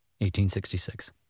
1866